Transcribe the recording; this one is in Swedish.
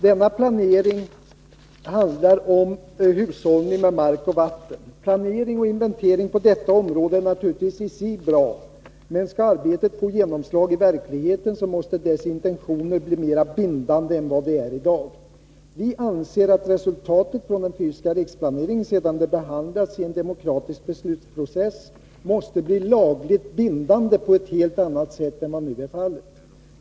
Denna planering skall handla om hushållning med mark och vatten. Planering och inventering på detta område är naturligtvis i sig bra, men skall arbetet få genomslag i verkligheten måste dess intentioner bli mera bindande än vad de är i dag. Vi anser att resultatet från den fysiska riksplaneringen, sedan det behandlats i en demokratisk beslutsprocess, måste bli lagligt bindande på ett helt annat sätt än vad nu är fallet.